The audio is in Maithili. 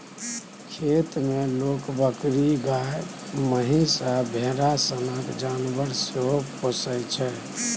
खेत मे लोक बकरी, गाए, महीष आ भेरा सनक जानबर सेहो पोसय छै